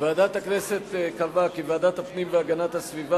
ועדת הכנסת קבעה כי ועדת הפנים והגנת הסביבה